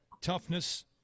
toughness